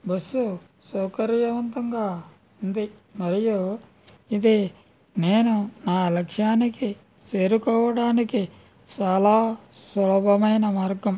bus సౌకర్యవంతంగా ఉంది మరియు ఇది నేను నా లక్ష్యానికి చేరుకోవడానికి చాలా సులభమైన మార్గం